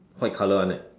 white colour [one] leh